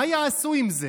מה יעשו עם זה?